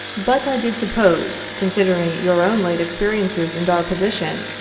but i did suppose, consider ing your own late experiences and our position,